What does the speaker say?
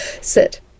sit